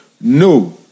no